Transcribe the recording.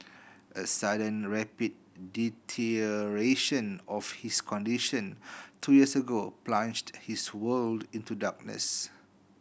a sudden rapid deterioration of his condition two years ago plunged his world into darkness